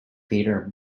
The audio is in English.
theatre